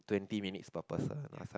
twenty minutes per person or some